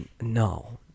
no